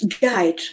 guide